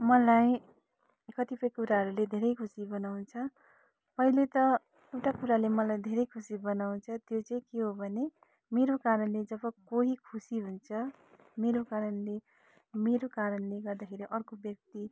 मलाई कतिपय कुराहरूले धेरै खुसी बनाउँछ अहिले त एउटा कुराले मलाई धेरै खुसी बनाउँछ त्यो चाहिँ के हो भने मेरो कारणले जब कोही खुसी हुन्छ मेरो कारणले मेरो कारणले गर्दाखेरि अर्को व्यक्ति